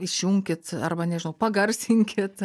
išjunkit arba nežinau pagarsinkit